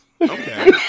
okay